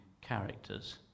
characters